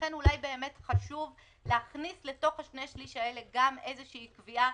ואולי באמת חשוב להכניס לתוך השני שליש האלה גם איזה שהיא קביעה,